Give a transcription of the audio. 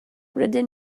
rydyn